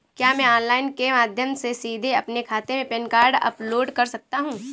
क्या मैं ऑनलाइन के माध्यम से सीधे अपने खाते में पैन कार्ड अपलोड कर सकता हूँ?